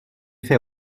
fait